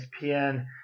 ESPN